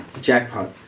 Jackpot